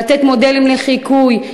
לתת מודלים לחיקוי,